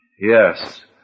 Yes